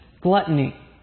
gluttony